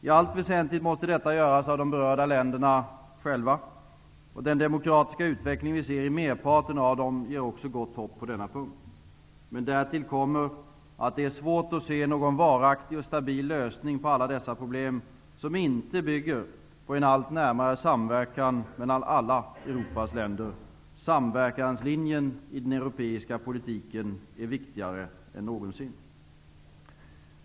I allt väsentligt måste detta göras av de berörda länderna själva, och den demokratiska utveckling som vi ser i merparten av dem ger också gott hopp på denna punkt. Men därtill kommer, att det är svårt att se någon varaktig och stabil lösning på alla dessa problem, som inte bygger på en allt närmare samverkan mellan alla Europas länder. Samverkanslinjen i den europeiska politiken är viktigare än någonsin.